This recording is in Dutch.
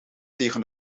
tegen